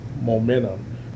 momentum